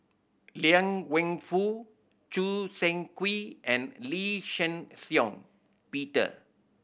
Liang Wenfu Choo Seng Quee and Lee Shih Shiong Peter